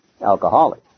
alcoholic